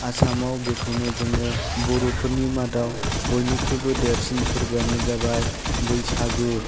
आसामाव बेनो जोंनि बर'फोरनि मादाव बयनिख्रुइबो देरसिन फोरबोआनो जाबाय बैसागु